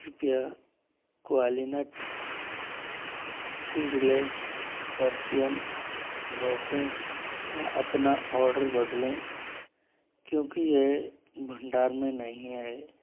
कृपया कुवालीनट seedless Persian raisins का अपना ऑर्डर बदलें क्योंकि यह भंडार में नहीं है